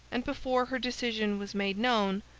and before her decision was made known,